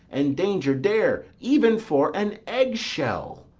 and danger dare, even for an egg-shell.